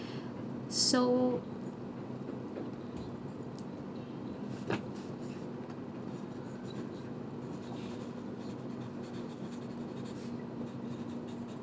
so